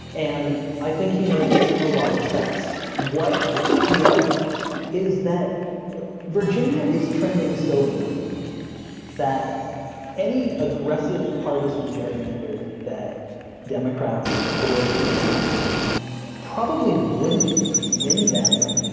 and i think he makes a lot of sense. what he argues is that virginia is trending so blue that any aggressive partisan gerrymander that democrats were to enact probably wouldn't win them